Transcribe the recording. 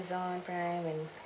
prime and